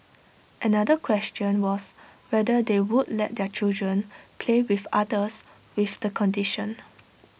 another question was whether they would let their children play with others with the condition